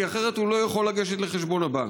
כי אחרת הוא לא יכול לגשת לחשבון הבנק.